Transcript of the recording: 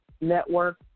Network